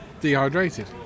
Dehydrated